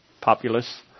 populace